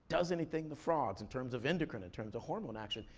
does anything to frogs. in terms of endocrine, in terms of hormone action.